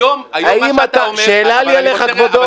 היום --- שאלה לי אליך, כבודו.